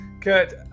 Kurt